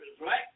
right